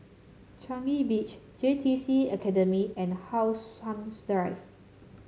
Changi Beach J T C Academy and How Sun Drive